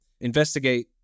investigate